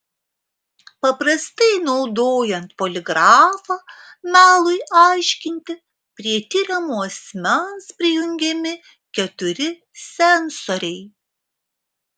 paprastai naudojant poligrafą melui aiškinti prie tiriamo asmens prijungiami keturi sensoriai